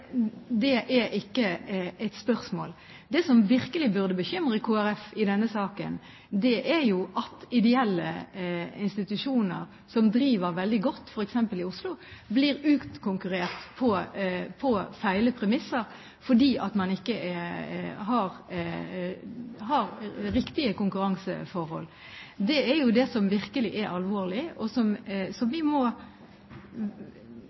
jo at ideelle institusjoner som driver veldig godt, f.eks. i Oslo, blir utkonkurrert på feil premisser, fordi man ikke har riktige konkurranseforhold. Det er jo det som virkelig er alvorlig, og som